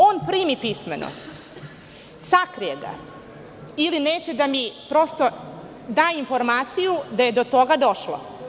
On primi pismeno, sakrije ga ili neće da mi, prosto, da informaciju da je do toga došlo.